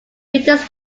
winters